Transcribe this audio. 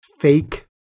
fake